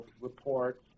reports